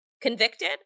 convicted